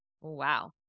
Wow